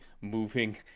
moving